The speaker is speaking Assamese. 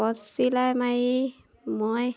কছ চিলাই মাৰি মই